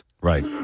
Right